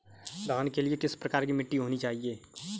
धान के लिए किस प्रकार की मिट्टी होनी चाहिए?